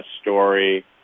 story